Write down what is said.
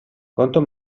quanto